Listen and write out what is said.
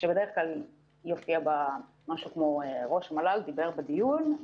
שבדרך כלל יופיע בה משהו כמו: ראש המל"ל דיבר בדיון,